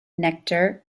nectar